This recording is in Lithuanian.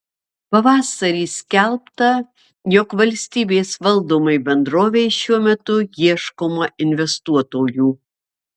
pavasarį skelbta jog valstybės valdomai bendrovei šiuo metu ieškoma investuotojų